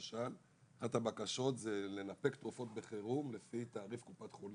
למשל אחת הבקשות זה לנפק תרופות בחירום לפי תעריף קופת חולים,